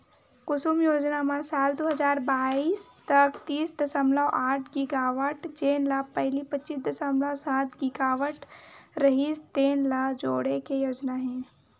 कुसुम योजना म साल दू हजार बाइस तक तीस दसमलव आठ गीगावाट जेन ल पहिली पच्चीस दसमलव सात गीगावाट रिहिस तेन ल जोड़े के योजना हे